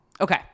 Okay